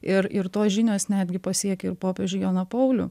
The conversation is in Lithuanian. ir ir tos žinios netgi pasiekia ir popiežių joną paulių